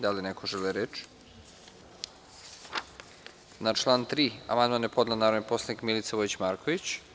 Da li neko želi reč? (Ne) Na član 3. amandman je podnela narodni poslanik Milica Vojić Marković.